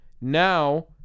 Now